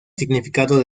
significado